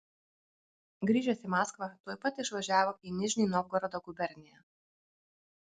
grįžęs į maskvą tuoj pat išvažiavo į nižnij novgorodo guberniją